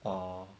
orh